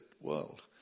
world